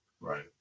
Right